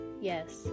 Yes